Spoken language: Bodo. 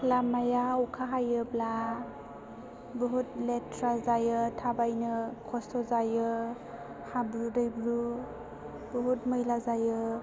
लामाया अखा हायोब्ला बुहुद लेथ्रा जायो थाबायनो खस्थ' जायो हाब्रु दैब्रु बुहुद मैला जायो